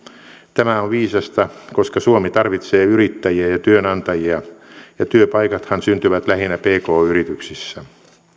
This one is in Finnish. tämä on viisasta koska suomi tarvitsee yrittäjiä ja ja työnantajia ja työpaikathan syntyvät lähinnä pk yrityksissä